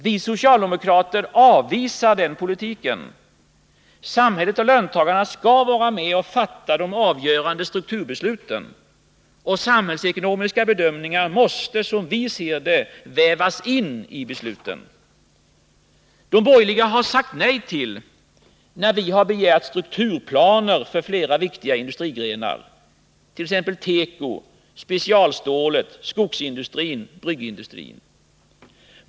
Vi socialdemokrater avvisar den politiken. Samhället och löntagarna skall vara med och fatta de avgörande strukturbesluten. Samhällsekonomiska bedömningar måste som vi ser det vävas in i besluten. De borgerliga har sagt nej när vi begärt strukturplaner för flera viktiga industrigrenar, t.ex. tekoindustrin, specialstålsindustrin, skogsindustrin och bryggeriindustrin.